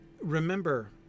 Remember